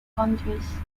countries